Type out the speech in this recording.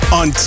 on